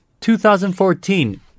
2014